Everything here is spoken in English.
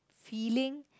feeling